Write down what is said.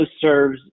serves –